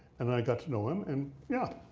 and i got to know him and yeah,